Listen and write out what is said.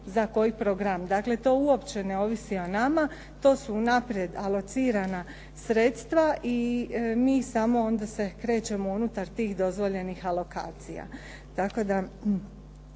za koji program. Dakle to uopće ne ovisi o nama. To su unaprijed alocirana sredstva i mi samo onda se krećemo unutar tih dozvoljenih alokacija